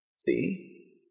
See